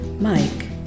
Mike